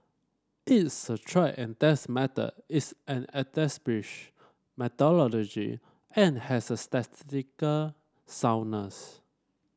it's a tried and test method it's an methodology and has a statistical soundness